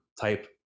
type